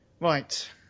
Right